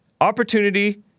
Opportunity-